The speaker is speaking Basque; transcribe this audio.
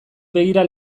begira